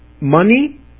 money